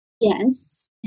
Yes